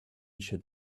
should